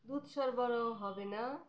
দুধ সরবরাহ হবে না